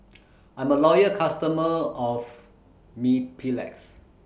I'm A Loyal customer of Mepilex